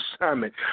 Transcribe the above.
assignment